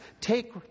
Take